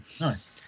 Nice